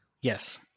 Yes